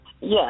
Yes